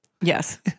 Yes